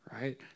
right